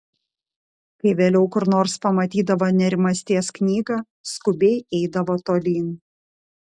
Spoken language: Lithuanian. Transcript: kai vėliau kur nors pamatydavo nerimasties knygą skubiai eidavo tolyn